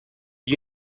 you